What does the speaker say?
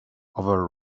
over